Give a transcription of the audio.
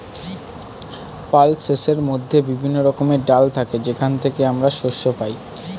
পালসেসের মধ্যে বিভিন্ন রকমের ডাল থাকে যেখান থেকে আমরা শস্য পাই